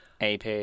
AP